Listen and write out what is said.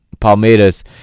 Palmeiras